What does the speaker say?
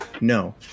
No